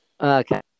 Okay